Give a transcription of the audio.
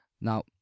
now